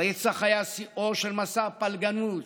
הרצח היה שיאו של מסע פלגנות,